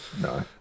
No